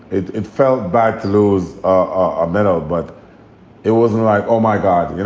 it it felt bad to lose a medal, but it wasn't like, oh, my god, and and